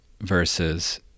versus